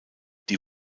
die